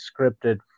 scripted